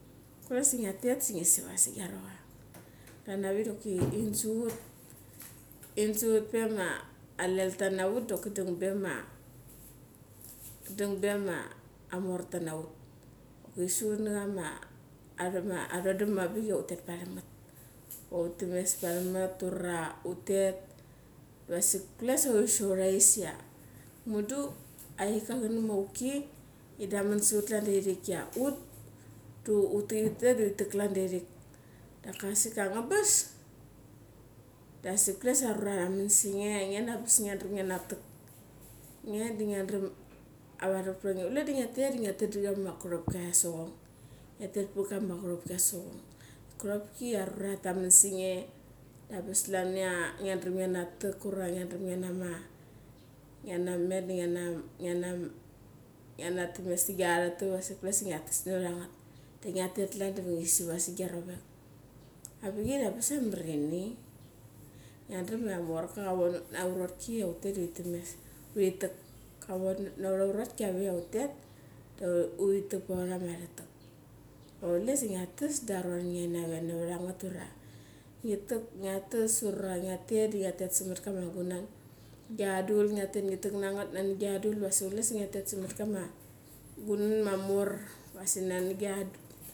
Kule si ngia tet si ngi sava sa giarocha. Klan avik doki in suchit pema alelta na ut dang ve ma amorta na ut. Ti suchut nachama arang bik ia utet varam ngat. Utes varam ngat, ura kule sa uri sa aurais ia. Mundu aika kanam ma auki idaman saram ut klan dia irik ia ut da utet, utet uri tak klan dia irik daka, asik ia angabas, da asik kule da raman sange ia angabas ngi na tak. Nge dia ngia daram avarak pra nge. Kule dia ngia tet dia ngetet pra ma churopki at sochong. Khopki ia arura ra tham en sa nge, angabas klan ia angabas ngi natak. Ngi namet da ngi na tames ta gia ara tak diwa asik ngia tas navat ra ngat. Dia ngia tet klan diwa ngi swa sa giaruravek. Avichei da angabass ia amer ini. Ngia daram ia morka karom un ut na achorok ki, utet themes, uri tak. Karon un na ura achoroki ia utet uri tak pauram ara tak. Sa kule diwa ngia thes diwa aron nge nave narat angat. Ura ngi tak, ngia tas, ura ngia tet samat kama gunan. Gia anga dul, ngia tet ngi tak na ngat nani gia nga dul ngia tet samat kama guanan ma mor wasi nani gia du.